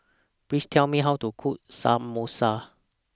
Please Tell Me How to Cook Samosa